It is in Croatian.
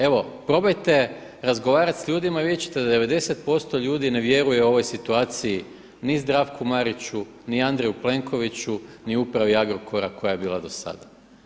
Evo probajte razgovarati s ljudima i vidjeti ćete 90% ljudi ne vjerujem ovoj situaciji ni Zdravku Mariću, ni Andreju Plenkoviću ni upravi Agrokora koja je bila do sada.